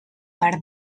per